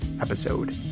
episode